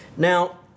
Now